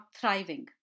thriving